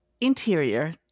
Interior